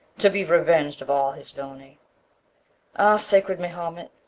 to be reveng'd of all his villany ah, sacred mahomet,